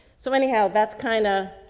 so anyhow, that's kinda,